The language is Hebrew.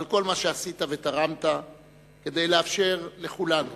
על כל מה שעשית ותרמת כדי לאפשר לכולנו